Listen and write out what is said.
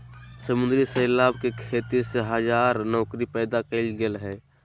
समुद्री शैवाल के खेती से हजार नौकरी पैदा कइल गेल हइ